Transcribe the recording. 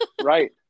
Right